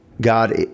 god